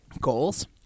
Goals